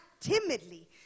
timidly